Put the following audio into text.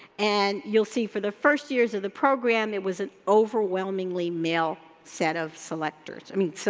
and you'll see for the first years of the program, it was an overwhelmingly male set of selectors, i mean, so